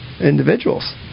individuals